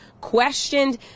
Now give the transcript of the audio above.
questioned